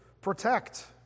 protect